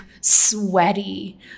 sweaty